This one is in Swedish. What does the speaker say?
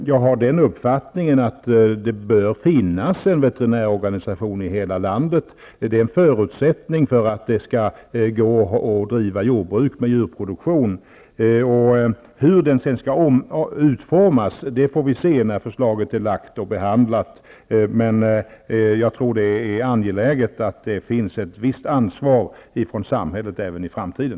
Jag har den uppfattningen att det bör finnas en veterinärorganisation i hela landet. Det är en förutsättning för att det skall gå att driva jordbruk med djurproduktion. Hur den skall utformas får vi se när förslaget har lagts fram och behandlats. Men jag tror att det är angeläget att det finns ett visst ansvar från samhällets sida även i framtiden.